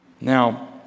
Now